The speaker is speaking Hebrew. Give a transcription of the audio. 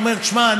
הוא אומר: שמע,